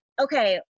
okay